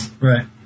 Right